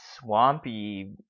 swampy